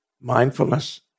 Mindfulness